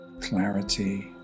Clarity